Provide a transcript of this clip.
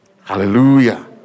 Hallelujah